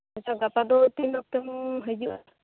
ᱢᱤᱫᱴᱟᱝ ᱠᱟᱛᱷᱟ ᱫᱚ ᱛᱤᱱ ᱚᱠᱛᱮᱢ ᱦᱤᱡᱩᱜᱼᱟ